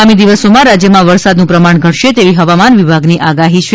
આગામી દિવસોમાં રાજ્યમાં વરસાદનું પ્રમાણ ઘટશે તેવી હવામાન વિભાગની આગાહી છે